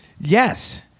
Yes